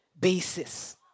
basis